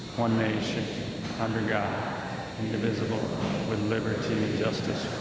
one nation under god indivisible with liberty and justice